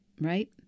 right